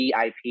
VIP